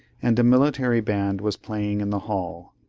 and a military band was playing in the hall.